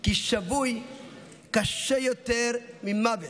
כי שבוי קשה יותר ממוות,